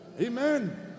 amen